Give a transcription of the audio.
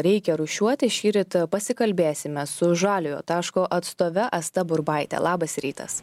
reikia rūšiuoti šįryt pasikalbėsime su žaliojo taško atstove asta burbaitė labas rytas